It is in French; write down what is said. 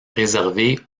réservée